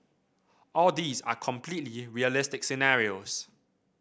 all these are completely realistic scenarios